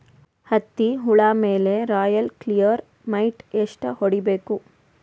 ಹತ್ತಿ ಹುಳ ಮೇಲೆ ರಾಯಲ್ ಕ್ಲಿಯರ್ ಮೈಟ್ ಎಷ್ಟ ಹೊಡಿಬೇಕು?